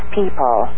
people